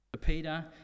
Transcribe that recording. Peter